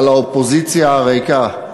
על האופוזיציה הריקה,